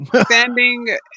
Standing